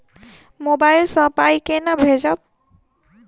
Mobile सँ पाई केना भेजब?